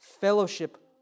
Fellowship